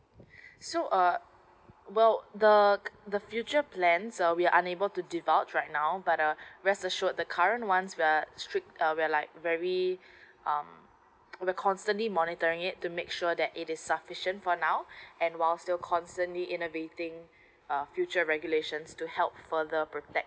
so uh well the the future plans uh we are unable to divulge right now but uh rest assured that the current ones uh we are strictly uh we are like very um we're constantly monitoring it to make sure that it is sufficient for now and while still constantly innovating uh future regulations to help further protect